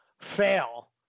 fail